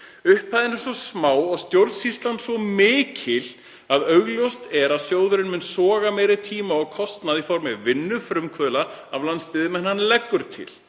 Upphæðin er svo smá og stjórnsýslan svo mikil að augljóst er að sjóðurinn mun soga meiri tíma og kostnað í formi vinnu frumkvöðla af landsbyggðum en hann leggur til.